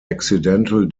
accidental